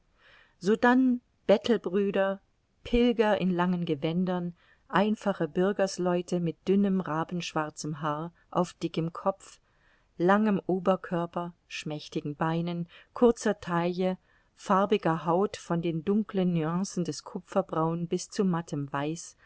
sodann bettelbrüder pilger in langen gewändern einfache bürgersleute mit dünnem rabenschwarzem haar auf dickem kopf langem oberkörper schmächtigen beinen kurzer taille farbiger haut von den dunkeln nüancen des kupferbraun bis zu mattem weiß